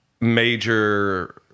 major